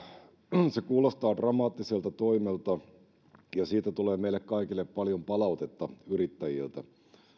se kuulostaa dramaattiselta toimelta ja siitä tulee meille kaikille paljon palautetta yrittäjiltä